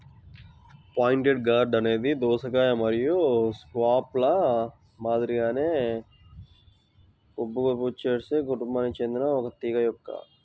pointed gourd అనేది దోసకాయ మరియు స్క్వాష్ల మాదిరిగానే కుకుర్బిటేసి కుటుంబానికి చెందిన ఒక తీగ మొక్క